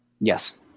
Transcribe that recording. yes